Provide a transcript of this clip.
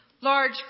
Large